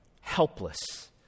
helpless